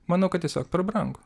manau kad tiesiog per brangu